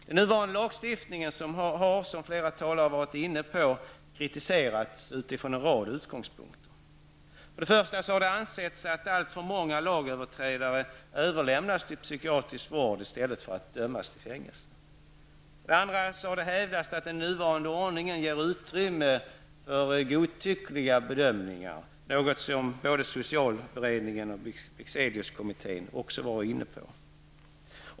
Den nuvarande lagstiftningen har, som flera talare varit inne på, kritiserats utifrån en rad utgångspunkter. För det första har det ansetts att alltför många lagöverträdare överlämnas till psykiatrisk vård i stället för att dömas till fängelse. För det andra har det hävdats att den nuvarande ordningen ger utrymme för godtyckliga bedömningar, något som både socialberedningen och Bexeliuskommittén varit inne på.